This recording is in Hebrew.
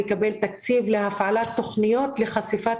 יקבל תקציב להפעלת תכניות לחשיפת